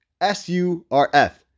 S-U-R-F